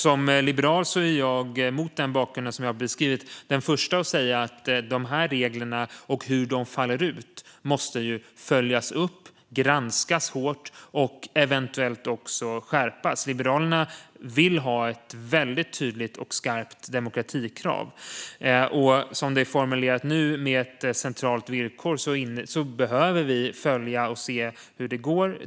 Som liberal är jag, mot den bakgrund som jag har beskrivit, den första att säga att dessa regler och hur de faller ut måste följas upp, granskas hårt och eventuellt också skärpas. Liberalerna vill ha ett väldigt tydligt och skarpt demokratikrav. Som det är formulerat nu, med ett centralt villkor, behöver vi följa detta och se hur det går.